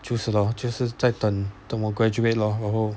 就是 lor 就是在等等我 graduate lor 然后